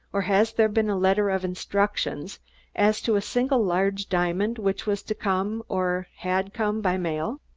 or has there been a letter of instructions as to a single large diamond which was to come, or had come, by mail?